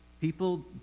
people